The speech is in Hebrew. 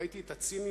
ראיתי את הציניות,